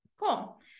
Cool